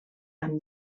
amb